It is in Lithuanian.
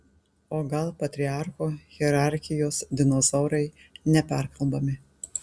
o gal patriarcho hierarchijos dinozaurai neperkalbami